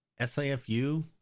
SAFU